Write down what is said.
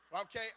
okay